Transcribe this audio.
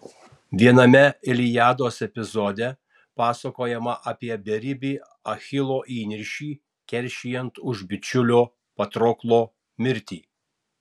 viename iliados epizode pasakojama apie beribį achilo įniršį keršijant už bičiulio patroklo mirtį